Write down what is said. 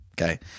Okay